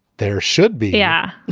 there should be. yeah.